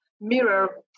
mirror